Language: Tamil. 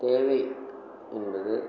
தேவை என்பது